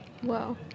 Wow